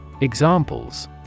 Examples